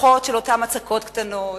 אותן הצקות קטנות,